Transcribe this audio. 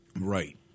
Right